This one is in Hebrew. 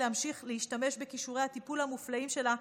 להמשיך להשתמש בכישורי הטיפול המופלאים שלה,